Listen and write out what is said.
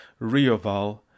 Rioval